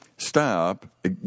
Stop